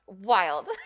Wild